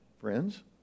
friends